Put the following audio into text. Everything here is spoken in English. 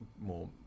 more